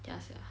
ya sia